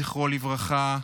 זכרו לברכה,